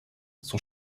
son